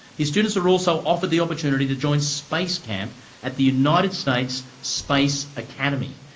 his students are also offered the opportunity to join space camp at the united states space academy,